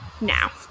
Now